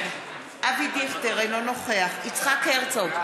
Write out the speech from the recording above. אינו נוכח יצחק הרצוג,